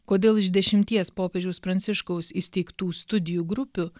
kodėl iš dešimties popiežiaus pranciškaus įsteigtų studijų grupių